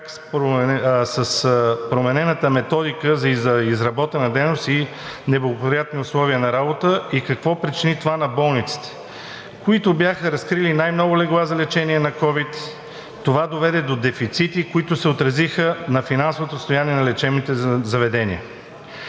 – и променената методика за изработена дейност и неблагоприятни условия на работа, и какво причини това на болниците, които бяха разкрили най-много легла за лечение на ковид, доведоха до дефицити, които се отразиха на финансовото състояние на лечебните заведения.